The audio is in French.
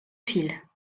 file